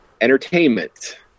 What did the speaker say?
entertainment